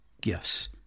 gifts